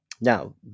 Now